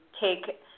take